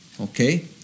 okay